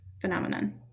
phenomenon